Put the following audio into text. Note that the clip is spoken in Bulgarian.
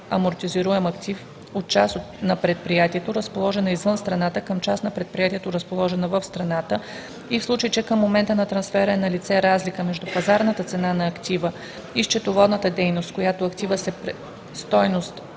амортизируем актив, от част на предприятието, разположена извън страната, към част на предприятието, разположена в страната, и в случай че към момента на трансфера е налице разлика между пазарната цена на актива и счетоводната стойност, с която активът се признава